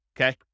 Okay